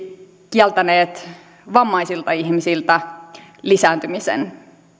kieltäneet vammaisilta ihmisiltä lisääntymisen